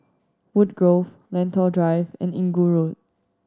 Woodgrove Lentor Drive and Inggu Road